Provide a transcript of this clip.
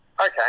Okay